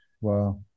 wow